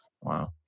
wow